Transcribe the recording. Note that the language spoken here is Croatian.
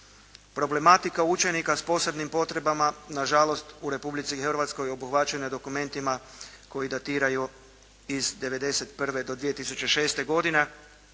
Problematika učenika s posebnim potrebama na žalost u Republici Hrvatskoj obuhvaćena je dokumentima koji datiraju iz '91. do 2006. godine.